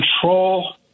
control